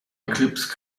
eclipse